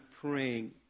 praying